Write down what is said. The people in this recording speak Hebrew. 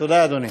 תודה, אדוני.